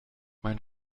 mein